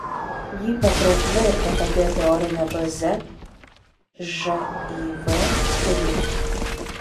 jį patrauklia ir patogia teorine baze živ studijoms